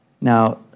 Now